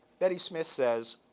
betty smith says,